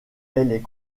est